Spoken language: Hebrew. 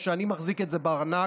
העולם,